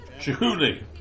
Chihuly